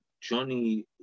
Johnny